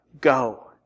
go